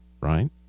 right